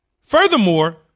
Furthermore